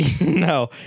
No